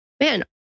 Man